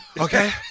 Okay